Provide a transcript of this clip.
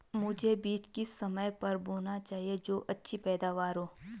मुझे बीज किस समय पर बोना चाहिए जो अच्छी पैदावार हो?